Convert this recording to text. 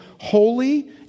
holy